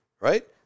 right